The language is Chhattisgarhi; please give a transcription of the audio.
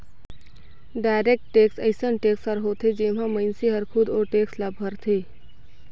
डायरेक्ट टेक्स अइसन टेक्स हर होथे जेम्हां मइनसे हर खुदे ओ टेक्स ल भरथे